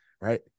right